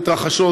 מתרחשות,